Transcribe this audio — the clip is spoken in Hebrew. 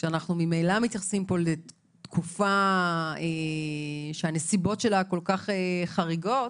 כשאנחנו ממילא מתייחסים פה לתקופה שהנסיבות שלה כל כך חריגות